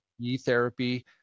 E-therapy